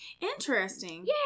Interesting